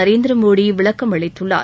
நரேந்திரமோடி விளக்கம் அளித்துள்ளார்